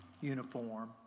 uniform